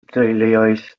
deuluoedd